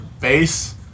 base